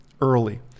early